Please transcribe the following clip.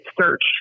search